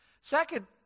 Second